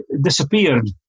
disappeared